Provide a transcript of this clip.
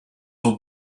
will